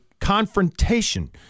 confrontation